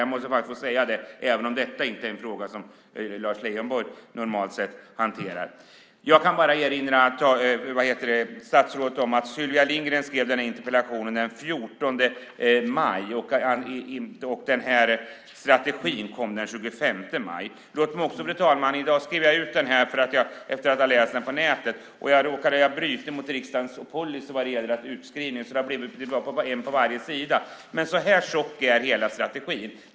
Jag måste få säga det, även om detta inte är en fråga som Lars Leijonborg normalt sett hanterar. Jag kan bara erinra statsrådet om att Sylvia Lindgren skrev interpellationen den 14 maj, och strategin kom den 25 maj. Fru talman! Jag skrev i dag ut den efter att ha läst den på nätet. Jag råkade bryta mot riksdagens policy om utskrift på bägge sidorna av papperet, så det är bara utskrift på ena sidan. Så här tjock är hela strategin.